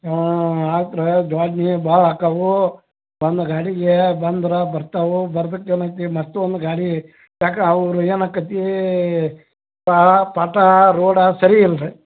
ಹ್ಞೂ ಆತ್ರೆ ಜ್ವಾಜಿ ಭಾಳ ಆಕವೂ ಒಂದು ಗಾಡಿಗೆ ಬಂದ್ರ ಬರ್ತಾವು ಬರ್ಬೇಕು ಏನೈತಿ ಮತ್ತು ಒಂದು ಗಾಡಿ ಯಾಕೆ ಅವ್ರು ಏನಾಕತೀ ಭಾಳ ಪಾಟಾ ರೋಡ ಸರಿ ಇಲ್ರಿ